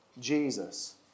Jesus